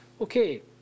Okay